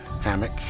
hammock